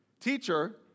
Teacher